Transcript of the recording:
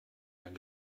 mein